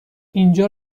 اینجا